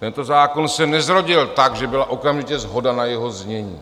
Tento zákon se nezrodil tak, že byla okamžitě shoda na jeho znění,